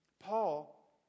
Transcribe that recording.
Paul